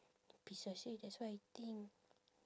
precisely that's why I think